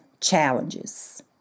challenges